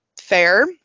fair